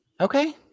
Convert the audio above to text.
Okay